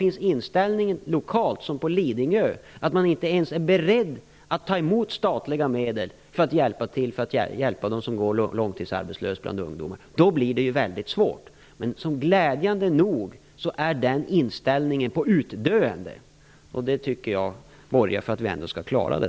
Men är den lokala inställningen att man inte ens är beredd att ta emot statliga medel för att hjälpa dem som går långtidsarbetslösa bland ungdomarna, som på Lidingö, blir det väldigt svårt. Glädjande nog är den inställningen på utdöende. Det tycker jag borgar för att vi ändå skall klara det.